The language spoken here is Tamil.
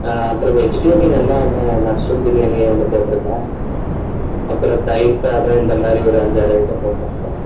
ஆ அப்புறம் வெஜிட்டேரியன் எல்லாம் என்ன மஸ்ரூம் பிரியாணியை ஒன்று போட்டுருங்க அப்புறம் தயிர் சாதம் இந்த மாதிரி ஒரு அஞ்சு ஆறு ஐட்டம் போடுறுங்கக்கா